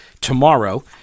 tomorrow